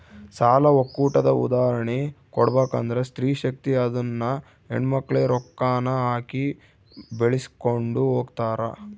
ಸಾಲ ಒಕ್ಕೂಟದ ಉದಾಹರ್ಣೆ ಕೊಡ್ಬಕಂದ್ರ ಸ್ತ್ರೀ ಶಕ್ತಿ ಅದುನ್ನ ಹೆಣ್ಮಕ್ಳೇ ರೊಕ್ಕಾನ ಹಾಕಿ ಬೆಳಿಸ್ಕೊಂಡು ಹೊಗ್ತಾರ